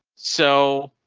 so.